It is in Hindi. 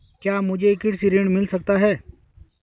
क्या मुझे कृषि ऋण मिल सकता है?